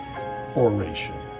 oration